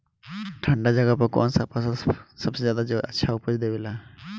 ठंढा जगह पर कौन सा फसल सबसे ज्यादा अच्छा उपज देवेला?